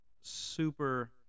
super